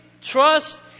trust